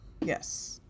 Yes